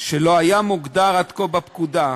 שלא היה מוגדר עד כה בפקודה.